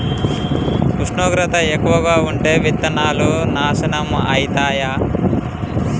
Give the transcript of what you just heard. ఉష్ణోగ్రత ఎక్కువగా ఉంటే విత్తనాలు నాశనం ఐతయా?